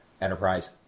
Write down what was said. Enterprise